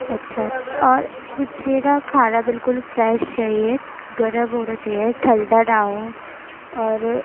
اچھا اور مجھے نا کھانا بالکل فریش چاہیے گرم ہونا چاہیے ٹھنڈا نہ ہو اور